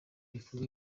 ibikorwa